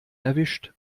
erwischt